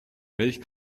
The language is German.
welch